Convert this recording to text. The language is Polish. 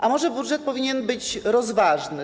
A może budżet powinien być rozważny?